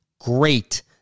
great